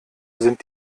sind